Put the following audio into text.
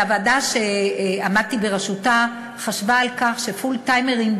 אבל הוועדה שעמדתי בראשותה חשבה על כך שפול-טיימרים,